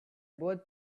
both